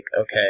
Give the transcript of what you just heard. okay